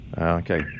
Okay